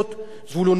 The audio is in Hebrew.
שלי יחימוביץ,